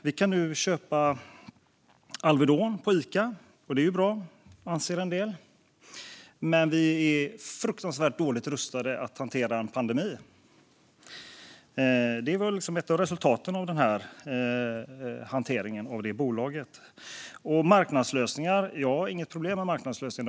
Vi kan nu köpa Alvedon på Ica, och det är ju bra anser en del. Men vi är fruktansvärt dåligt rustade för att hantera en pandemi. Det är väl ett av resultaten av hanteringen av bolaget Apoteket. Jag har inget problem med marknadslösningar.